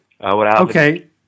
Okay